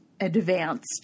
advanced